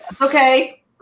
okay